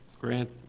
grant